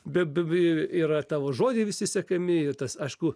bet bb yra tavo žodžiai visi sekami ir tas aišku